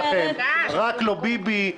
רק לא ביבי,